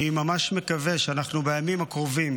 אני ממש מקווה שבימים הקרובים,